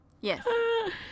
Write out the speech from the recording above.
yes